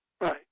Right